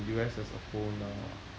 U_S as a whole now